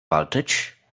walczyć